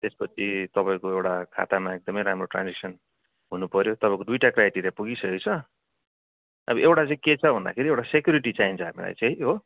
त्यसपछि तपाईँको एउटा खातामा एकदमै राम्रो ट्रान्जेक्सन हुनुपर्यो तपाईँको दुइटा क्राइटेरिया पुगिसकेको छ अब एउटा चाहिँ के छ भन्दाखेरि सेक्युरिटी चाहिन्छ हामीलाई चाहिँ हो